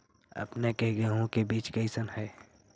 अपने के गेहूं के बीज कैसन है?